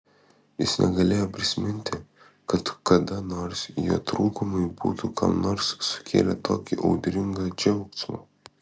jis negalėjo prisiminti kad kada nors jo trūkumai būtų kam nors sukėlę tokį audringą džiaugsmą